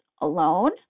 alone